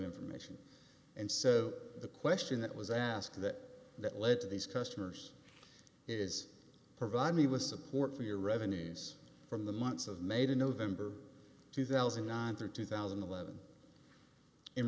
information and so the question that was asked that that led to these customers is provide me with support for your revenues from the months of made in november two thousand and nine through two thousand and eleven in